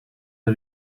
the